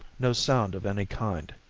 no sound of any kind.